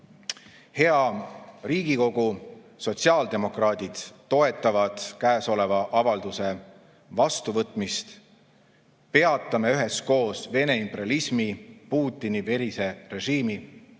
Hea Riigikogu! Sotsiaaldemokraadid toetavad avalduse vastuvõtmist. Peatame üheskoos Vene imperialismi, Putini verise režiimi!